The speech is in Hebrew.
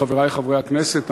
חברי חברי הכנסת,